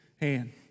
hand